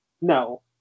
no